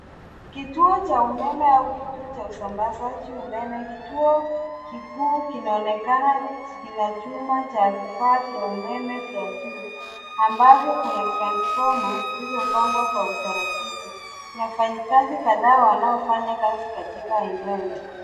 Kituo cha umeme au kituo cha usambazaji wa umeme. Kituo kikuu kinaonekana kina chuma cha vifaa vya umeme vya juu ambavyo kuna transformers zilizopangwa kwa utaratibu. Kuna wafanyikazi kadhaa wanaofanya kazi katika eneo hili.